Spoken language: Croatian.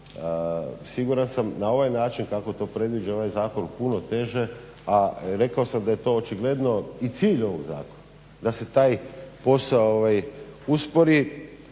Siguran sam na ovaj način kako to predviđa ovaj zakon puno teže, a rekao sam da je to očigledno i cilj ovog zakona da se taj posao uspori